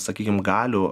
sakykim galių